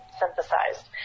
synthesized